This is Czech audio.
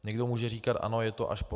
Někdo může říkat ano, je to až po roce.